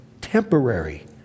temporary